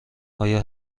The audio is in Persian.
آیا